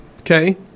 Okay